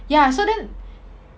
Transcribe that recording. ya so then